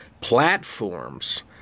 platforms